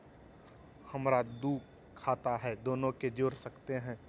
हमरा दू खाता हय, दोनो के जोड़ सकते है?